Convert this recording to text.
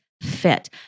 fit